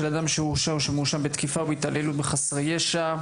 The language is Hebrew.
אדם שהורשע או שמואשם בתקיפה או בהתעללות בחסר ישע,